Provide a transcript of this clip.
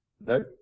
No